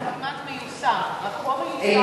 גם אם 50%. לא,